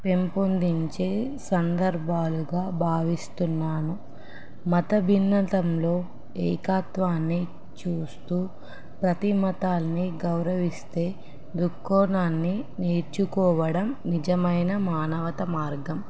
పెంపొందించే సందర్భాలుగా భావిస్తున్నాను మత భిన్నతంలో ఏకాత్వాన్ని చూస్తూ ప్రతిమతాల్ని గౌరవిస్తే దృక్కోణాన్ని నేర్చుకోవడం నిజమైన మానవత మార్గం